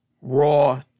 Raw